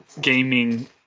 gaming